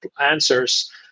answers